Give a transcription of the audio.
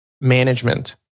management